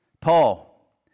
Paul